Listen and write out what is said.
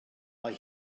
mae